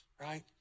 right